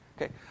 Okay